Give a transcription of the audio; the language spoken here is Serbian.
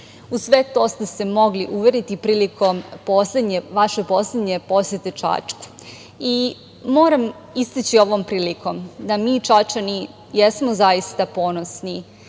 U sve to ste se mogli uveriti prilikom vaše poslednje posete Čačku. Moram istaći ovom prilikom da mi Čačani jesmo zaista ponosni